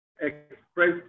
express